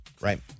right